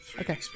Okay